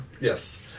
Yes